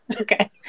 okay